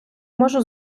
можу